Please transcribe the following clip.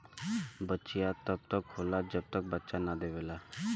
बछिया तब तक होला जब तक बच्चा न देवेला